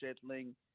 settling